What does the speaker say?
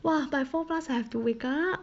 !wah! by four plus I have to wake up